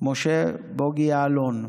משה בוגי יעלון.